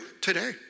today